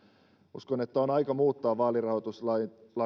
uskon että on aika muuttaa vaalirahoituslakia